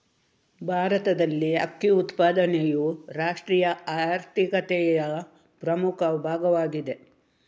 ಭಾರತದಲ್ಲಿ ಅಕ್ಕಿ ಉತ್ಪಾದನೆಯು ರಾಷ್ಟ್ರೀಯ ಆರ್ಥಿಕತೆಯ ಪ್ರಮುಖ ಭಾಗವಾಗಿದೆ